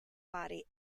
body